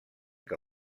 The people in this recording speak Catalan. que